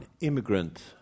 immigrant